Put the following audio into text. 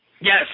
Yes